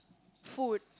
food